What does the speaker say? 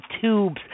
tubes